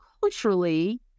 culturally